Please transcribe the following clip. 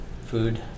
food